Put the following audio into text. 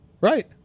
Right